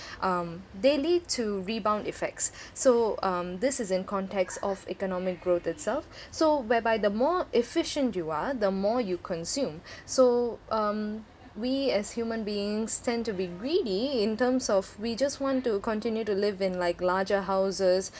um they lead to rebound effects so um this is in context of economic growth itself so whereby the more efficient you are the more you consume so um we as human beings tend to be greedy in terms of we just want to continue to live in like larger houses